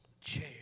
chair